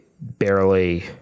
barely